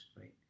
right